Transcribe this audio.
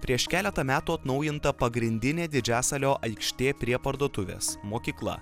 prieš keletą metų atnaujinta pagrindinė didžiasalio aikštė prie parduotuvės mokykla